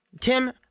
Tim